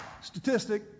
Statistic